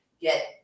get